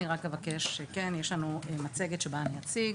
יש לנו מצגת שאציג.